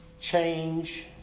change